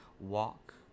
walk